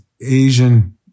asian